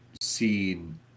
seen